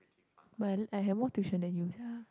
but I li~ I have more tuition than you sia